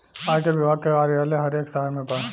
आयकर विभाग के कार्यालय हर एक शहर में बा